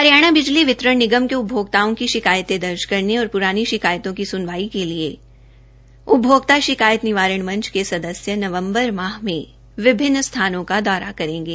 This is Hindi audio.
हरियाणा बिजली वितरण निगम के उपभोक्ताओं की शिकायतें दर्ज करने और प्रानी शिकायतों की सनवाई के लिए उपभोक्ता शिकायत निवारण मंच के सदस्य नवम्बर माह में विभिन्न स्थानों का दौरा करेंगे